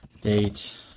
Date